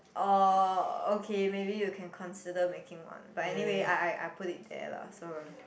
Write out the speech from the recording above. um okay maybe you can consider making one but anyway I I I put it there lah so um